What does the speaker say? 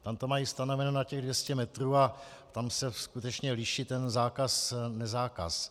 Tam to mají stanoveno na těch 200 metrů a tam se skutečně liší ten zákaz nezákaz.